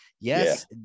Yes